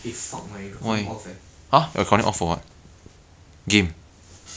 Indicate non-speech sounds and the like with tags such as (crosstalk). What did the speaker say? (breath) you up to you ah if you use more com just use just buy com lah of course